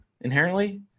inherently